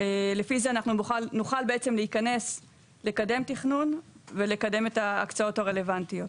לפי זה אנחנו נוכל להיכנס לקדם תכנון ולקדם את ההקצאות הרלוונטיות.